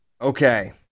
Okay